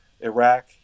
Iraq